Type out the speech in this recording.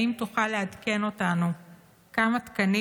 רציתי לשאול אותך: 1. האם תוכל לעדכן אותנו כמה תקנים